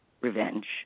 revenge